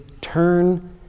turn